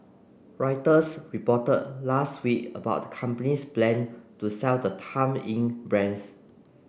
Reuters reported last week about the company's plan to sell the Time Inc brands